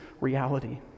reality